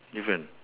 different